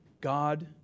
God